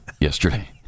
yesterday